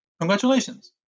congratulations